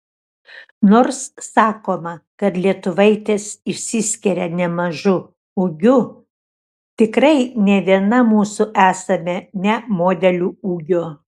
nors sakoma kad lietuvaitės išsiskiria nemažu ūgiu tikrai ne viena mūsų esame ne modelių ūgio